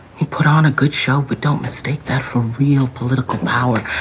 he put on a good show. but don't mistake that for real political power.